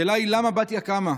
השאלה היא: למה בתיה קמה?